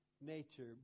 nature